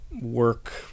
work